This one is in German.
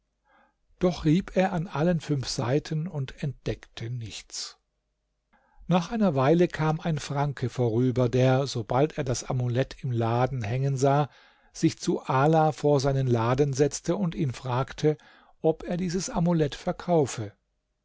doch rieb er an allen fünf seiten und entdeckte nichts nach einer weile kam ein franke vorüber der sobald er das amulett im laden hängen sah sich zu ala vor seinen laden setzte und ihn fragte ob er dieses amulet verkaufe